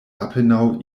apenaŭ